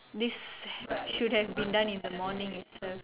this should have been done in the morning itself